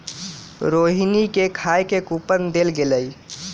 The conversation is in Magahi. रोहिणी के खाए के कूपन देल गेलई